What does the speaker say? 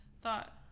thought